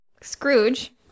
Scrooge